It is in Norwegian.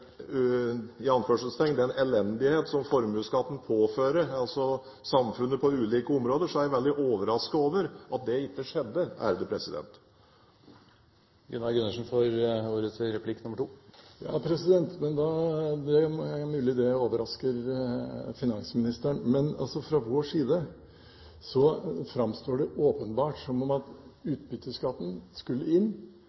ser på den «elendighet» som formuesskatten påfører samfunnet på ulike områder, er jeg veldig overrasket over at det ikke skjedde. Ja, det er mulig det overrasker finansministeren, men fra vår side framsto det som åpenbart at